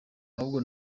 ahubwo